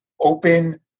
open